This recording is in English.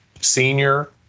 Senior